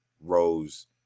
Rose